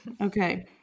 okay